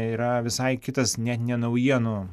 yra visai kitas net ne naujienų